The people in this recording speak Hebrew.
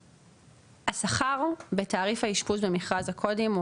השכר הוא בתעריף האשפוז במכרז הקודים,